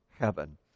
heaven